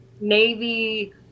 Navy